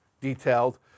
detailed